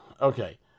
Okay